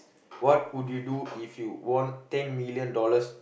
what would you do if you won ten million dollars